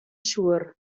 siŵr